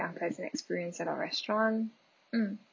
unpleasant experience at our restaurant mm